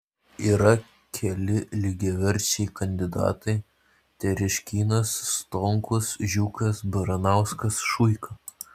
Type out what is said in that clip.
yra keli lygiaverčiai kandidatai tereškinas stonkus žiukas baranauskas šuika